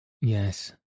Yes